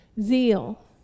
Zeal